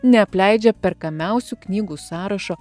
neapleidžia perkamiausių knygų sąrašo